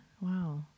Wow